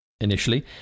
Initially